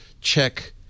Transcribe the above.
check